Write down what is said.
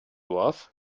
was